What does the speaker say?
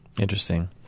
Interesting